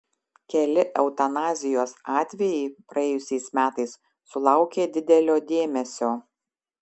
keli eutanazijos atvejai praėjusiais metais sulaukė didelio dėmesio